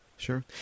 Sure